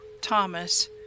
Thomas